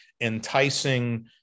enticing